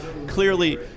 Clearly